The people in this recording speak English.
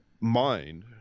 mind